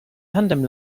tandem